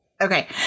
Okay